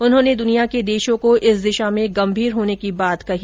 उन्होंने दुनिया के देशों को इस दिशा में गम्भीर होने की बात कही